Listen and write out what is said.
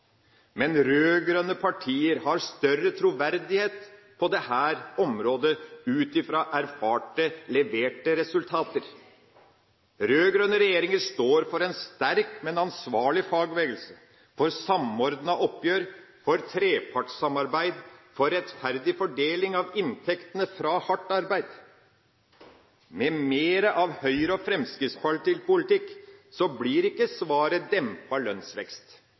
Men rød-grønne partier har større troverdighet på dette området, ut fra erfarte, leverte resultater. Rød-grønne regjeringer står for en sterk, men ansvarlig fagbevegelse, for samordnede oppgjør, for trepartssamarbeid og rettferdig fordeling av inntektene fra hardt arbeid. Med mer av Høyre- og fremskrittspartipolitikk blir ikke svaret dempet lønnsvekst.